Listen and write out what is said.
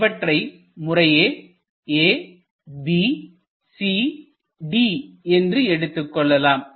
இவற்றை முறையே A B C D என்று எடுத்துக்கொள்ளலாம்